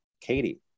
Katie